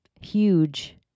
huge